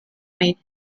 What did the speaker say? made